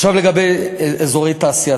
עכשיו, לגבי אזורי תעשייה.